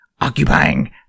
occupying